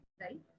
right